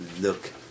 look